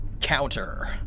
counter